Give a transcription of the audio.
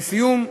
לסיום,